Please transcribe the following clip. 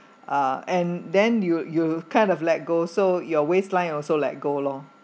uh and then you you kind of let go so your waistline also let go lor